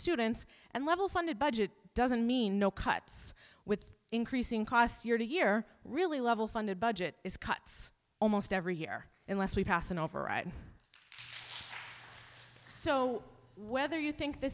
students and level funded budget doesn't mean no cuts with increasing costs year to year really level funded budget cuts almost every year unless we pass an override so whether you think th